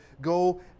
go